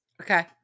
Okay